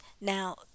Now